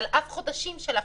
על אף חודשים של הפרה.